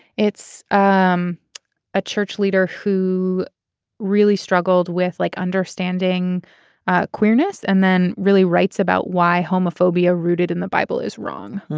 it's um a church leader who really struggled with like understanding ah queerness and then really writes about why homophobia rooted in the bible is wrong.